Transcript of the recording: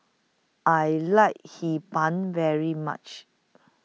I like Hee Pan very much